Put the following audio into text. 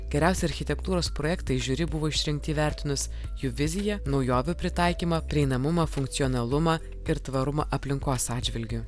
geriausi architektūros projektai žiuri buvo išrinkti įvertinus jų viziją naujovių pritaikymą prieinamumą funkcionalumą ir tvarumą aplinkos atžvilgiu